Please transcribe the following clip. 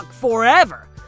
forever